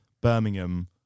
Birmingham